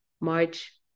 March